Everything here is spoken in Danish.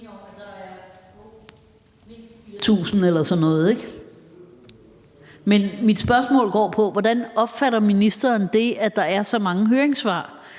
hvordan ministeren opfatter det, at der er så mange høringssvar.